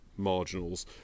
marginals